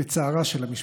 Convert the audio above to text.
בצערה של המשפחה.